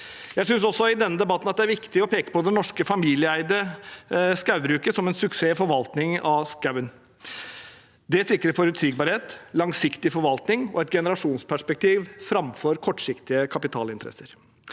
Jeg synes også i denne debatten at det er viktig å peke på det norske familieeide skogbruket som en suksess i forvaltningen av skogen. Det sikrer forutsigbarhet, langsiktig forvaltning og et generasjonsperspektiv framfor kortsiktige kapitalinteresser.